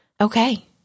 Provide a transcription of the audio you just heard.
Okay